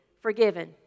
forgiven